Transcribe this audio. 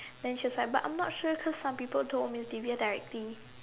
then she was like but I'm not sure cause some people told Miss Divya directly